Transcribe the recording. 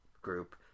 group